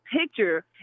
picture